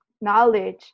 knowledge